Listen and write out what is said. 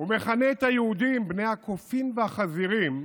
הוא מכנה את היהודים "בני הקופים והחזירים"